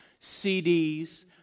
CDs